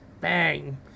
bang